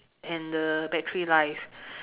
and the battery life